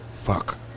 fuck